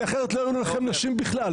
כי אחרת לא היו לכם נשים בכלל,